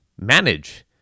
manage